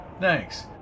Thanks